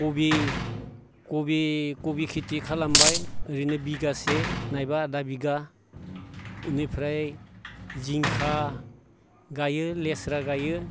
कबि खेथि खालामबाय ओरैनो बिगासे नङाबा आदा बिगा बेनिफ्राय जिंखा गायो लेस्रा गायो